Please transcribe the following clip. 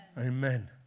Amen